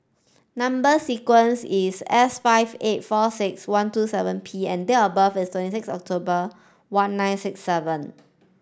number sequence is S five eight four six one two seven P and date of birth is twenty six October one nine six seven